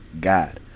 God